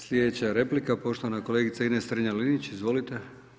Slijedeća replika, poštovana kolegica Ines Strenja-Linić, izvolite.